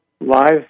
live